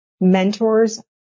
Mentors